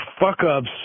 fuck-ups